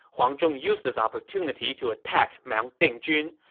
huang zhong used this opportunity to attack mount dingjun.